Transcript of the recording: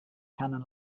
canon